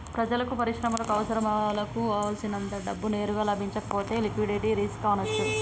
ప్రజలకు, పరిశ్రమలకు అవసరాలకు కావల్సినంత డబ్బు నేరుగా లభించకపోతే లిక్విడిటీ రిస్క్ అనొచ్చు